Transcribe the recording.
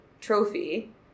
trophy